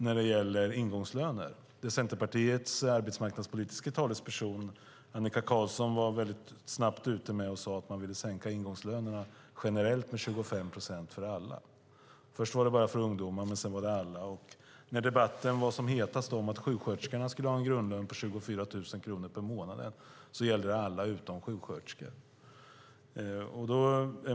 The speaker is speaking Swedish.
Där var Centerpartiets arbetsmarknadspolitiska talesperson Annika Qarlsson mycket snabbt ute och sade att man ville sänka ingångslönerna generellt med 25 procent för alla - först var det bara för ungdomar, men sedan gällde det alla. När debatten var som hetast om att sjuksköterskorna skulle ha en grundlön på 24 000 kronor i månaden gällde det alla utom sjuksköterskor.